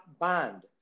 bond